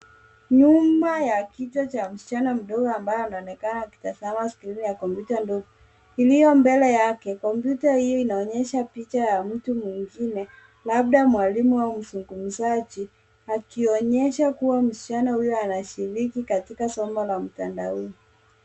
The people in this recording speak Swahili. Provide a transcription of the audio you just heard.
Nyuma ya kichwa cha msichana ndogo ambaye anaonekana akitazama skrini ya kompyuta ndogo iliyo mbele yake, kompyuta hio inaonyesha picha ya mtu mwingine labda mwalimu au mzungumzaji akionyesha kuwa msichana huyo anashiriki katika somo la mtandaoni.